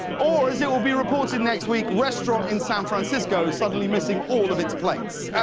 or as it will be reported next week, restaurant in san francisco suddenly missing all of its plates.